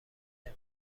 بگم